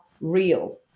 real